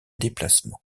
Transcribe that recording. déplacements